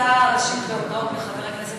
אני רוצה, ראשית, להודות לחבר הכנסת